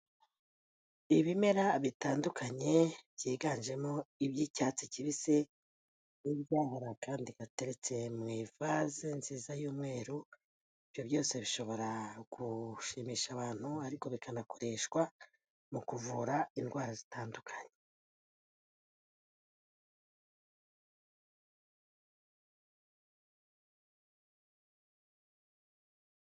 Ibimera bitandukanye, byiganjemo iby'icyatsi kibisi, hirya hari akandi gateretse mu ivaze nziza y'umweru, ibyo byose bishobora gushimisha abantu ariko bikanakoreshwa mu kuvura indwara zitandukanye.